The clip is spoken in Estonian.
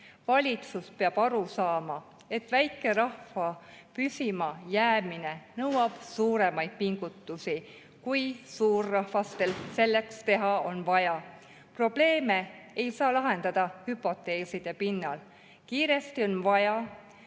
Valitsus peab aru saama, et väikerahva püsimajäämine nõuab suuremaid pingutusi kui need, mida on vaja teha suurrahvastel. Probleeme ei saa lahendada hüpoteeside pinnalt. Kiiresti on vaja